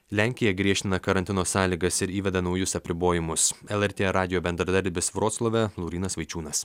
lenkija griežtina karantino sąlygas ir įveda naujus apribojimus lrt radijo bendradarbis vroclave laurynas vaičiūnas